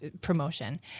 promotion